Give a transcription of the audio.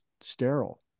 sterile